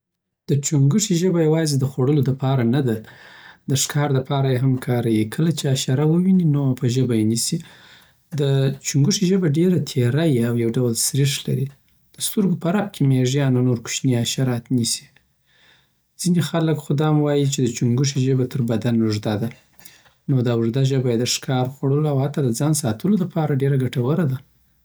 د چونګښی ژبه یوزی د خوړلو دپاره نده د ښکار د پاره یی هم کاریی چي کله حشره وویني، نو په ژبه‌ یې نیسی دچونګښی ژبه ډېر تیره یی، او یو ډول سریښ لری دسترګوپه رپ کی میږیان او نور کوشنی حشرات نیسی ځینې خلک خو دا هم وایی چی دچونګښی ژبه تر بدن اوږده ده نو دا اوږده ژبه یی د ښکارکولو او حتا د ځان ساتلو لپاره ډېر ګټوره ده.